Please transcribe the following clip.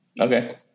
Okay